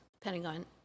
Pentagon